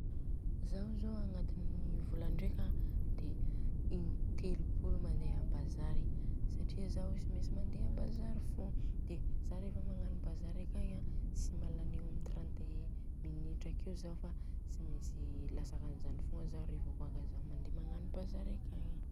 Zaho zô an, agnatiny volandreka an de intelopolo mandeha a bazary, satria zao tsy mentsy a bazary fogna. De zao rehefa magnano bazary akagny tsy malany eo amin'ny trente i minutra akeo zao fa tsy mentsy latsaka anizany fogna zao rehefa kôa zao rehefa kôa zao mandeha magnano bazary akagny.